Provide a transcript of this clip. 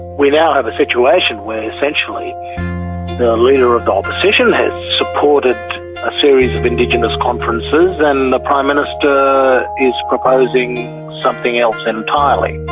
we now have a situation where essentially the leader of opposition has supported a series of indigenous conferences, and the prime minister is proposing something else entirely.